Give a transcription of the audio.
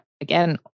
again